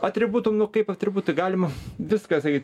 atributų kaip atributų galima viską sakyti